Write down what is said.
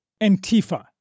Antifa